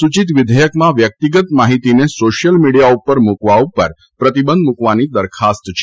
સુચિત વિધેયકમાં વ્યક્તિગત માહિતીને સોશીયલ મિડીયા ઉપર મૂકવા ઉપર પ્રતિબંધ મુકવાની દરખાસ્ત છે